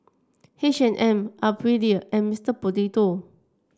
H and M Aprilia and Mr Potato